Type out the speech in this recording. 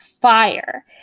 fire